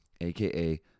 aka